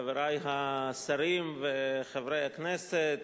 חברי השרים וחברי הכנסת,